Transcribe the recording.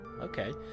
Okay